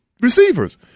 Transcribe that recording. receivers